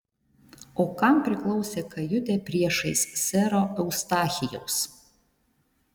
o kam priklausė kajutė priešais sero eustachijaus